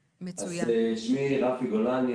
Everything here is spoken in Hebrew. שמי רפי גולני,